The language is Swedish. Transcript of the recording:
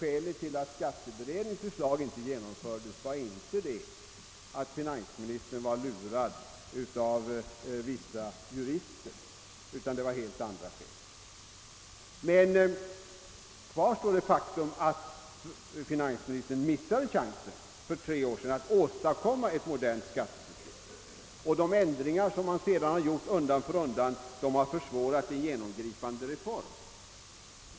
Skälet till att skatteberedningens förslag inte genomfördes var inte att finansministern blivit lurad av vissa jurister, utan skälen var helt andra. Kvar står dock det faktum att finansministern för tre år sedan missade chansen att åstadkomma ett modernt skattesystem. De ändringar som han sedan undan för undan har genomfört har försvårat en genomgripande reform.